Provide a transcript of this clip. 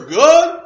good